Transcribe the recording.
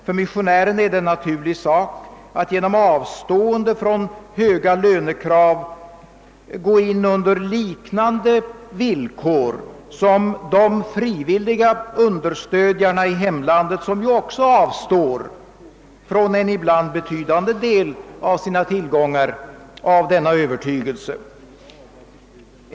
För missionären är det en naturlig sak att genom avstående från höga lönekrav gå in under liknande villkor som de frivilliga understödjarna i hemlandet, som ju också av övertygelse avstår från en ibland betydande del av sina tillgångar.